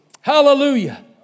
Hallelujah